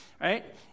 Right